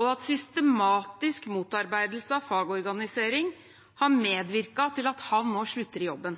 og at systematisk motarbeidelse av fagorganisering har medvirket til at han nå slutter i jobben.